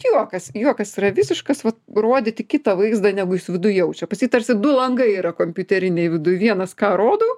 juokas juokas yra visiškas vat rodyti kitą vaizdą negu jis viduj jaučia pas jį tarsi du langai yra kompiuteriniai viduj vienas ką rodo